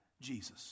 Jesus